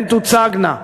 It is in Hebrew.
הן תוצגנה,